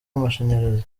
amashanyarazi